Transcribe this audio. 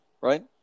right